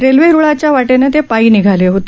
railway रुळांच्या वाटेने ते पायी निघाले होते